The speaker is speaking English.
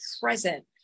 present